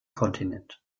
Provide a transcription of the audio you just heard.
kontinent